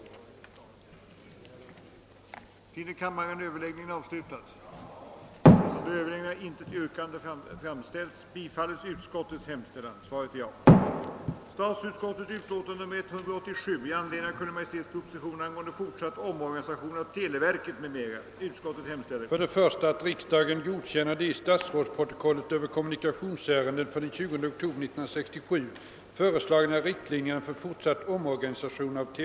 Som tiden nu var långt framskriden beslöt kammaren på förslag av herr andre vice talmannen att uppskjuta behandlingen av återstående på föredragningslistan upptagna ärenden till morgondagens sammanträde.